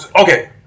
okay